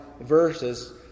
verses